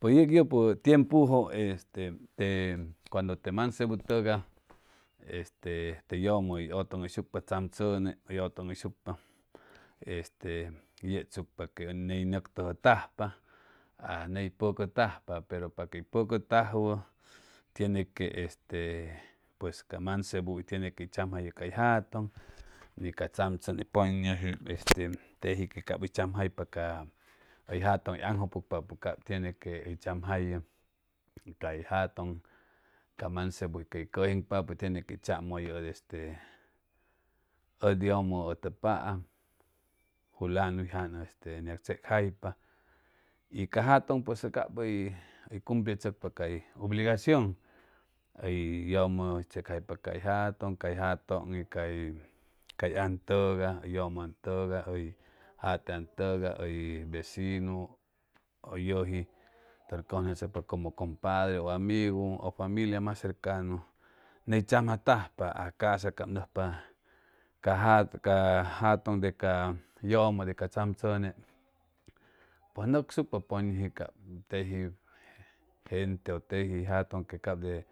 Pues yeg yʉpʉ tiempujʉ este te cuando te mansebutʉgay este te yʉmʉ hʉy ʉtʉŋhʉyshucpa tzamtzʉne hʉy ʉtʉŋhʉyshucpa este yechsucpa que ʉ ney nʉctʉjʉtajpa aj ney pʉcʉtajpa pero paquey pʉcʉtajwʉ tiene que este pues ca mansebu tiene que tzamjayʉ cay jatʉŋ ni ca tzamtzʉne pʉñʉji este teji que cap hʉy tzamjaypa ca hʉy jatʉŋ hʉy aŋjʉypʉcpapʉ cap tiene quey tzamjayʉ cay jatʉŋ ca nmansebu cay cʉjejpapʉ tiene quey tzamʉyʉ este ʉd yʉmʉ ʉtʉpaam fulanu hʉy jan este ʉn yag tzecjaypa y ca jatʉŋ pues cap hʉy cumplichʉcpa cay ubligacion hʉy yʉmʉ tzecjaypa cay jatʉŋ cay jatʉŋ y cay an tʉgay yʉmʉ an tʉgay hʉy jate antʉgay hʉy vecinu ʉ yʉji tʉn cʉnʉcechʉcpa como compadre ʉ amigu ʉ famiia mas cercanu ney tzamjatajpa a ca'sa cap nʉcspa ja jate ca jatʉŋ de ca yʉmʉ de ca tzamtzʉne pʉj nʉcsucpa pʉñʉji cap teji gente ʉ teji jatʉŋ que cap de